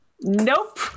nope